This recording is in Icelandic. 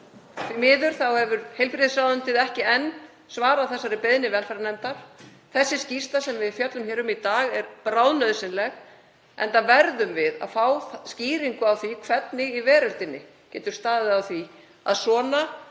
Því miður hefur heilbrigðisráðuneytið ekki enn svarað þeirri beiðni velferðarnefndar. Skýrslan sem við fjöllum hér um í dag er bráðnauðsynleg enda verðum við að fá skýringu á því hvernig í veröldinni getur staðið á því að svona